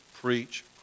preach